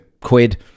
quid